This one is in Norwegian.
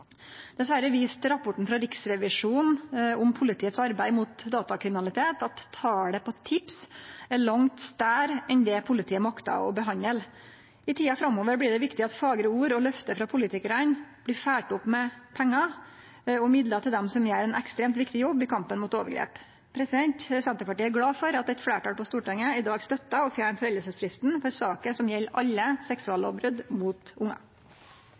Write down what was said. Dessverre viste rapporten frå Riksrevisjonen om politiet sitt arbeid mot datakriminalitet at talet på tips er langt større enn det politiet maktar å behandle. I tida framover blir det viktig at fagre ord og løfte frå politikarane blir følgde opp med pengar og midlar til dei som gjer ein ekstremt viktig jobb i kampen mot overgrep. Senterpartiet er glad for at eit fleirtal på Stortinget i dag støttar å fjerne foreldingsfristen for saker som gjeld alle